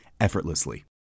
effortlessly